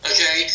Okay